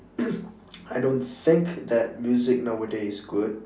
I don't think that music nowadays is good